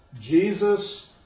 Jesus